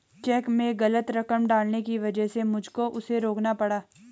check में गलत रकम डालने की वजह से मुझको उसे रोकना पड़ा